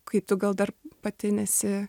kai tu gal dar pati nesi